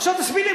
עכשיו תסביר לי,